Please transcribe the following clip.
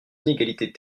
inégalités